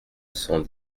cent